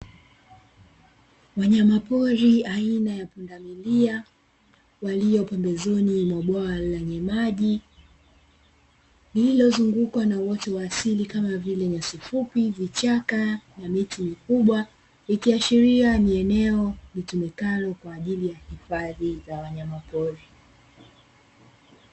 Wanyamapori aina ya pundamilia walio pembezoni mwa bwawa lenye maji, lililozungukwa na uoto wa asili kama vile nyasi fupi, vichaka, na miti mikubwa, ikiashiria ni eneo litumikalo kwa ajili ya hifadhi ya wanyamapori.